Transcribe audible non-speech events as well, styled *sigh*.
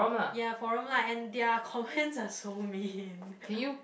ya forum lah and their comments are so mean *laughs*